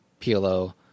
PLO